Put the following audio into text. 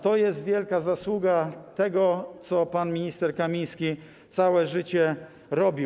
To jest wielka zasługa tego, co pan minister Kamiński całe życie robił.